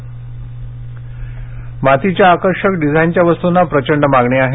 गडकरी मातीच्या आकर्षक डिझाईनच्या वस्तूंना प्रचंड मागणी आहे